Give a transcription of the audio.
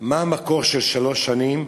מה המקור של שלוש שנים?